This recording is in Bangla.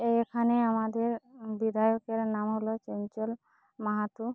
এখানে আমাদের বিধায়কের নাম হলো চঞ্চল মাহাতো